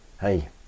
hey